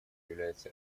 является